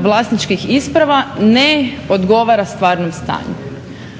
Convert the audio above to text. vlasničkih isprava ne odgovara stvarnom stanju.